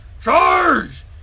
charge